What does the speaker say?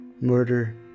murder